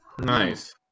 Nice